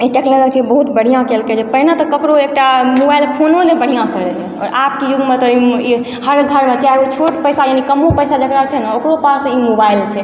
एक टा बहुत बढ़िआँ कयलकइ पहिने तऽ ककरो एक टा मोबाइल फोनो नहि बढ़िआँसँ रहय आओर आबके युगमे तऽ ई हर घरमे चाहे ओ छोट पैसा यानि कमो पैसा जकरा छै ने ओकरो पास ई मोबाइल छै